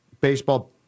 baseball